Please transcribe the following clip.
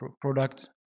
product